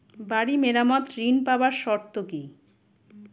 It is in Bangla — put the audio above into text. বাড়ি মেরামত ঋন পাবার শর্ত কি?